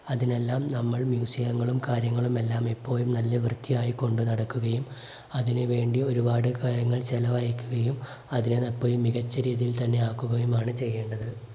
അതിനെല്ലാം നമ്മൾ മ്യൂസിയങ്ങളും കാര്യങ്ങളുമെല്ലാം എപ്പോഴും നല്ല വൃത്തിയായി കൊണ്ടുനടക്കുകയും അതിനുവേണ്ടി ഒരുപാട് കാര്യങ്ങൾ ചെലവഴിക്കുകയും അതിനെ എപ്പോഴും മികച്ച രീതിയിൽ തന്നെയാക്കുകയുമാണ് ചെയ്യേണ്ടത്